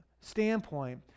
standpoint